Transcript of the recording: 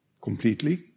completely